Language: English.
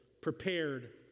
prepared